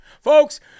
Folks